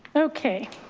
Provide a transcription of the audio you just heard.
okay.